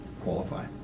qualify